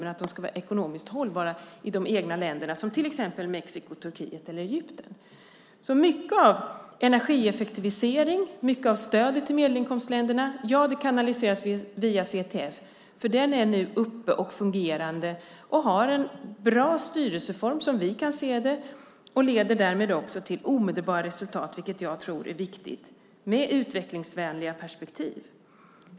Men de ska vara ekonomiskt hållbara i de egna länderna, som till exempel i Mexiko, Turkiet eller Egypten. Mycket av energieffektivisering och mycket av stödet till medelinkomstländerna kanaliseras alltså via CTF, för den är fungerande och har en bra styrelseform som vi kan se det och leder därmed också till omedelbara resultat med utvecklingsvänliga perspektiv, vilket jag tror är viktigt.